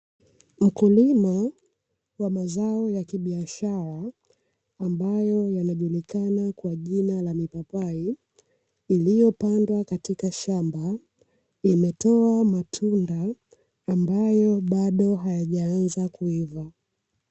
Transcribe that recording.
Mkulima wa mazao ya biashara ambayo yanajulikana kwa jina la mipapai, iliyopandwa katika shamba imetoa matunda ambayo bado hayajaanza kuiva.